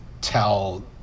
tell